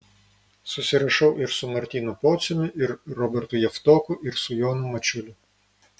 susirašau ir su martynu pociumi ir robertu javtoku ir su jonu mačiuliu